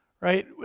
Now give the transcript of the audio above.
right